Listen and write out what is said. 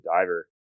diver